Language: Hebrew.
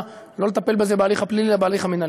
לא לטפל בזה בהליך הפלילי אלא בהליך המינהלי.